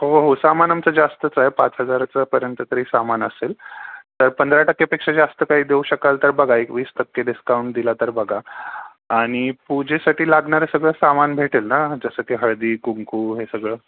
हो हो सामान आमचं जास्तच आहे पाच हजाराच्यापर्यंत तरी सामान असेल तर पंधरा टक्केपेक्षा जास्त काही देऊ शकाल तर बघा एक वीस टक्के डिस्काउंट दिला तर बघा आणि पूजेसाठी लागणारं सगळं सामान भेटेल ना जसं की हळदी कुंकू हे सगळं